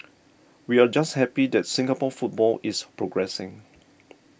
we're just happy that Singapore football is progressing